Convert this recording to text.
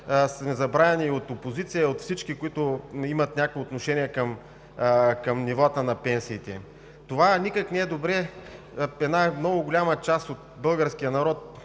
сме забравени от опозиция и от всички, които имат някакво отношение към нивата на пенсиите.“ Това никак не е добре – една много голяма част от българския народ